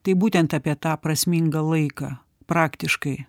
tai būtent apie tą prasmingą laiką praktiškai